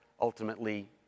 ultimately